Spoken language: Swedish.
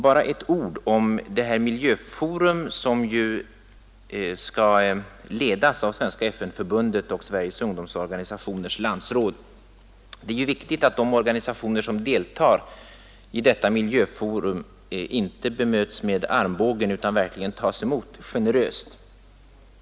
Bara ett par ord om det miljöforum som skall ledas av Svenska FN-förbundet och Sveriges Ungdomsorganisationers landsråd. Det är viktigt att de organisationer som deltar i detta miljöforum inte bemöts med armbågen utan verkligen tas emot generöst.